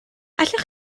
allwch